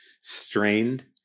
strained